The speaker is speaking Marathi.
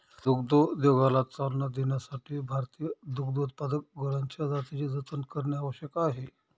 दुग्धोद्योगाला चालना देण्यासाठी भारतीय दुग्धोत्पादक गुरांच्या जातींचे जतन करणे आवश्यक आहे